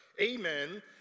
amen